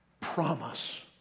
promise